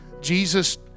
Jesus